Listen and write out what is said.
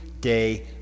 day